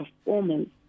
performance